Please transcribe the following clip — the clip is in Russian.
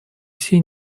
все